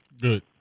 Good